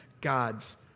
God's